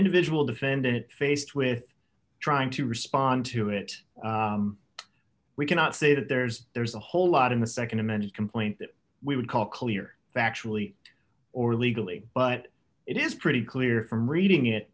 individual defendant faced with trying to respond to it we cannot say that there's there's a whole lot in the nd amended complaint that we would call clear factually or legally but it is pretty clear from reading it